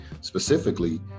specifically